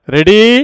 Ready